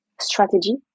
strategy